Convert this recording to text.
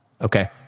okay